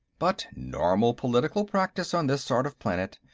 but normal political practice on this sort of planet.